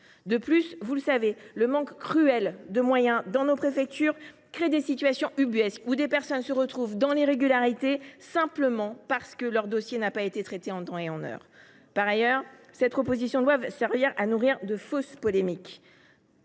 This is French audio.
De plus, comme vous le savez, le manque cruel de moyens dans nos préfectures crée des situations ubuesques, des personnes se retrouvant dans l’irrégularité simplement parce que leur dossier n’a pas été traité en temps et en heure. Enfin, cette proposition visant à alimenter de fausses polémiques,